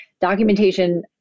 Documentation